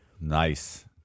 nice